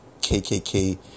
KKK